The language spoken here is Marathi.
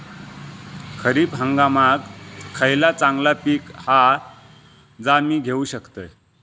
खरीप हंगामाक खयला चांगला पीक हा जा मी घेऊ शकतय?